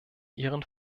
ihren